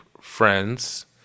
friends